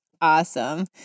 Awesome